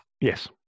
Yes